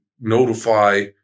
notify